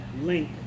link